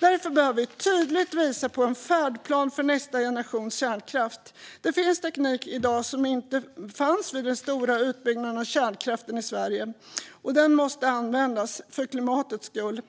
Därför behöver vi tydligt visa på en färdplan för nästa generations kärnkraft. Det finns teknik i dag som inte fanns vid den stora utbyggnaden av kärnkraften i Sverige, och den måste användas för klimatets skull.